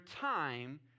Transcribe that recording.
time